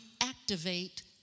activate